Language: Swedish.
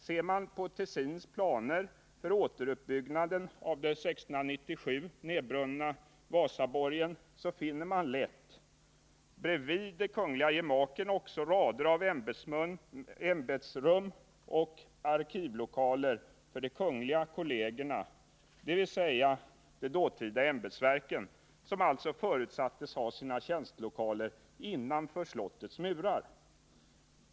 Ser man på Tessins planer för återuppbyggnaden av den 1697 nedbrunna Vasaborgen så finner man lätt bredvid de kungliga gemaken också rader av ämbetsrum och arkivlokaler för de kungliga kollegierna, dvs. de dåtida ämbetsverken, som alltså förutsattes ha sina tjänstelokaler innanför slottets murar.